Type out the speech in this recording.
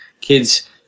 kids